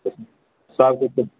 कथी सर कुटुम